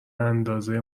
اندازه